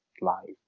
life